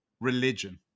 religion